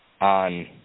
on